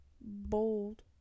bold